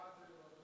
ההצעה להעביר את